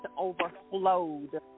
overflowed